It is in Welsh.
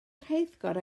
rheithgor